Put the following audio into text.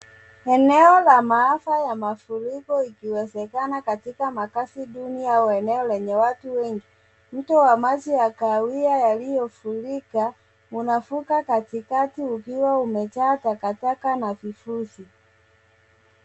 Eneo la maafa ya mafuriko ikiwezekana katika makazi duni au eneo lenye watu wengi. Mto wa maji ya kahawia yaliyofurika unavuka katikati ukiwa umejaa takataka na vifuzi.